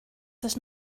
does